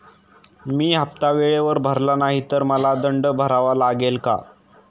मी हफ्ता वेळेवर भरला नाही तर मला दंड भरावा लागेल का?